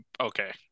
Okay